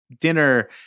Dinner